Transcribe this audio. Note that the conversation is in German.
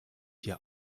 hier